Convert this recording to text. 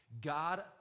God